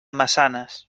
massanes